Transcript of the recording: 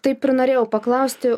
taip ir norėjau paklausti